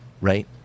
right